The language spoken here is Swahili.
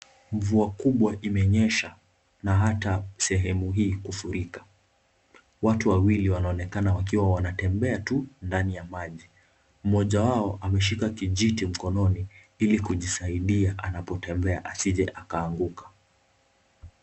Mvua kubwa imenyesha na hata sehemu hii kufurika. Watu wawili wanaonekana wakiwa wanatembea tu ndani ya maji. Mmoja wao ameshika kijiti mkononi ili kujisaidia anapotembea asije akaanguka.